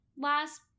last